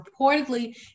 reportedly